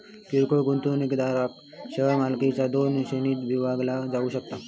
किरकोळ गुंतवणूकदारांक शेअर मालकीचा दोन श्रेणींत विभागला जाऊ शकता